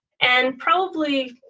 and probably,